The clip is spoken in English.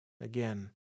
again